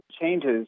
changes